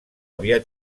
había